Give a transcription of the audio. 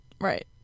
Right